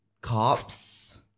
cops